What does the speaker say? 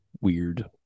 weird